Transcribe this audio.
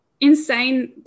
insane